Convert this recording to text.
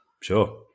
Sure